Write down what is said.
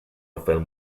rafael